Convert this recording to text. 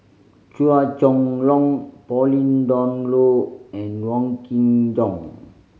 Chua Chong Long Pauline Dawn Loh and Wong Kin Jong